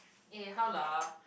eh how lah